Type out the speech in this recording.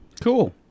Cool